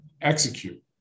Execute